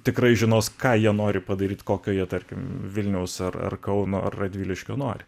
tikrai žinos ką jie nori padaryti kokio jie tarkim vilniaus ar kauno radviliškio nori